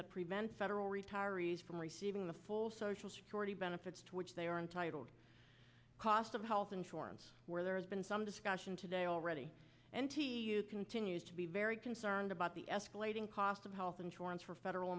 that prevents federal retirees from receiving the full social security benefits to which they are entitled cost of health insurance where there has been some discussion today already continues to be very concerned about the escalating cost of health insurance for federal